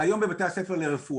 כי היום, בבתי הספר לרפואה,